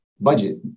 budget